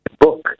book